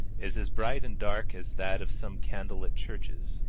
is as bright and dark as that of some candle-lit churches.